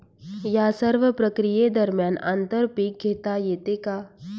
या सर्व प्रक्रिये दरम्यान आंतर पीक घेता येते का?